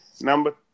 Number